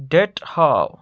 date ہاو